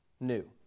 new